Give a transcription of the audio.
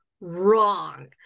wrong